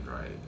right